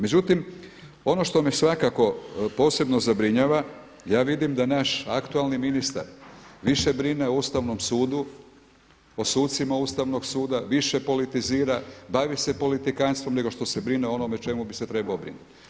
Međutim ono što me svakako posebno zabrinjava ja vidim da naš aktualni ministar više brine o Ustavnom sudu, o sucima Ustavnog suda, više politizira, bavi se politikantstvom nego što se brine o onome o čemu bi se trebao brinuti.